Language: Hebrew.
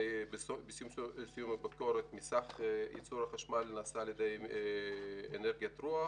בסיום הביקורת 3.5% מסך ייצור החשמל נעשה על ידי אנרגיית רוח,